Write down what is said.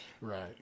Right